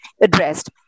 addressed